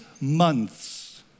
months